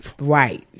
Right